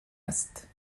است